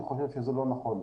אני חושב שזה לא נכון.